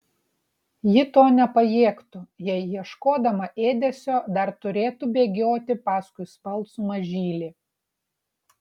ji to nepajėgtų jei ieškodama ėdesio dar turėtų bėgioti paskui smalsų mažylį